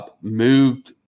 moved